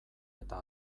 eta